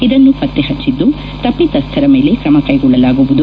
ಇದನ್ನು ಪತ್ತೆಹಚ್ಚಿದ್ದು ತಪ್ಪಿತಸ್ಥರ ಮೀಲೆ ಕ್ರಮ ಕೈಗೊಳ್ಳಲಾಗುವುದು